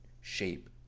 shape